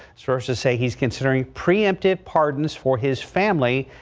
sources say he's considering preemptive pardons for his family.